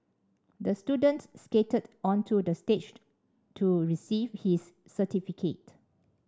the student skated onto the staged to receive his certificate